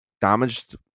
damaged